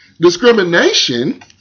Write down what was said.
discrimination